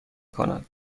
کند